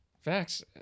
Facts